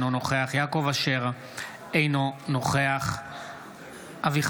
אינו נוכח יעקב אשר,